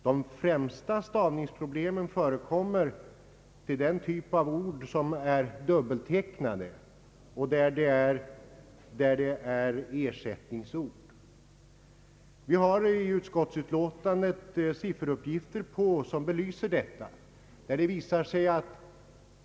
De dominerande stavningsproblemen förekommer i den typ av ord som har dubbeltecknade medljud och i ersättningsord. I utskottsutlåtandet finns sifferuppgifter som belyser detta.